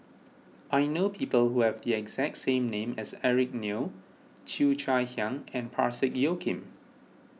I know people who have the exact same name as Eric Neo Cheo Chai Hiang and Parsick Joaquim